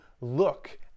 look